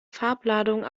farbladung